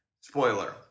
Spoiler